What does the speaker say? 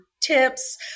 tips